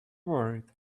worried